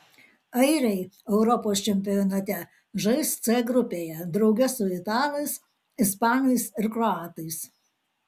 airiai europos čempionate žais c grupėje drauge su italais ispanais ir kroatais